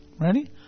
Ready